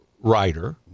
writer